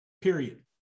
period